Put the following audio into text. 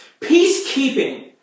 Peacekeeping